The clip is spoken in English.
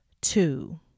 two